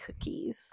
cookies